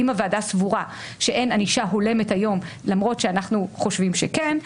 אם הוועדה סבורה שאין ענישה הולמת היום למרות שאנחנו חושבים שכן,